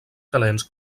calents